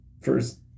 First